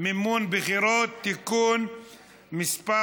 (מימון בחירות) (תיקון מס'